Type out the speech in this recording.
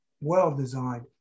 well-designed